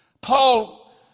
Paul